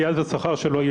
כי אז השכר שלו,